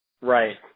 Right